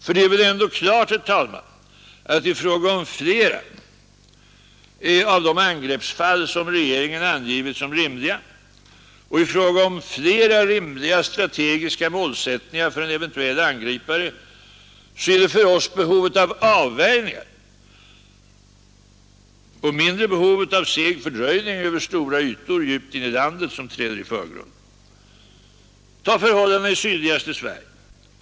För det är väl ändå klart, herr talman, att i fråga om flera av de angreppsfall som regeringen angivit såsom rimliga och i fråga om flera rimliga strategiska målsättningar för en eventuell angripare, så är det för oss mera behovet av avvärjning och mindre behovet av seg fördröjning över stora ytor djupt in i landet som träder i förgrunden. Ta förhållandena i sydligaste Sverige!